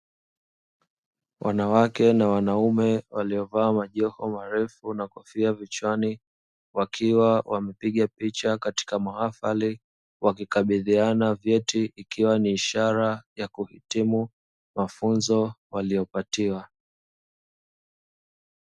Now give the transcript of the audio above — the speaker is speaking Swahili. Wanawake na wanaume, waliovaa majoho marefu na kofia vichwani, wakiwa wamepiga picha katika mahafali, wakikabidhiana vyeti. Ikiwa ni ishara ya kuhitimu mafunzo waliyopatiwa.